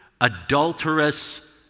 adulterous